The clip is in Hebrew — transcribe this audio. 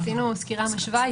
עשינו סקירה משווה,